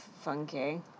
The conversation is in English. funky